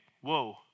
Whoa